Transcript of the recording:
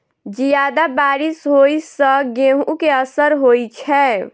जियादा बारिश होइ सऽ गेंहूँ केँ असर होइ छै?